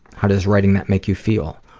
how does writing that make you feel?